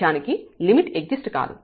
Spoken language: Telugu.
నిజానికి లిమిట్ ఎగ్జిస్ట్ కాదు